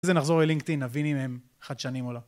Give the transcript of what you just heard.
אחרי זה נחזור אל לינקדיאין, נבין אם הם חדשנים או לא.